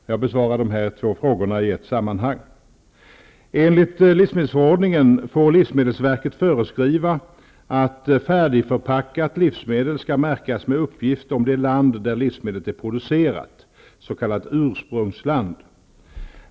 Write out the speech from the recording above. Jag besvarar de här två frågorna i ett sammanhang. Enligt livsmedelsförordningen får livsmedelsverket föreskriva att färdigförpackat livsmedel skall märkas med uppgift om det land där livsmedlet är producerat, s.k. ursprungsland.